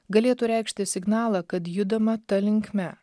galėtų reikšti signalą kad judama ta linkme